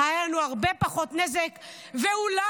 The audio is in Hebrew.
היה לנו הרבה פחות נזק ואולי,